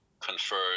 conferred